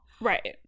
right